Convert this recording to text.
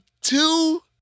two